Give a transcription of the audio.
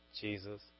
Jesus